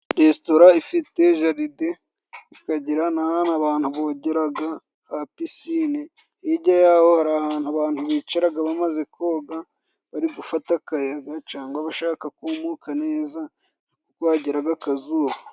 Restora ifite jaride, ikagira n'ahantu abantu bogera ha pisine, hirya ya ho hari ahantu abantu bicara bamaze koga bari gufata akayaga, cyangwa bashaka kumuka neza kuko hagera akazuba.